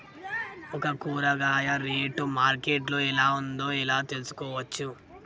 ఒక కూరగాయ rate market లో ఎలా ఉందో ఎలా తెలుసుకోవచ్చు?